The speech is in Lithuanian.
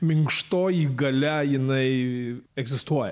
minkštoji galia jinai egzistuoja